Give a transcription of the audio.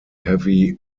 heavy